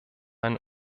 ein